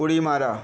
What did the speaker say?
उडी मारा